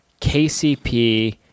KCP